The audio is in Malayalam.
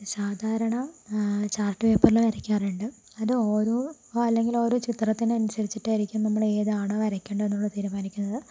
സാധാരണ ചാർട്ട് പേപ്പറില് വരക്കാറുണ്ട് അത് ഓരോ അല്ലെങ്കിലോരോ ചിത്രത്തിനനുസരിച്ചിട്ടായിരിക്കും നമ്മള് ഏതാണ് വരയ്ക്കണ്ടത് എന്നുള്ള തീരുമാനിക്കുന്നത്